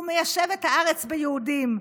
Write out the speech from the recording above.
הוא מיישב את הארץ ביהודים,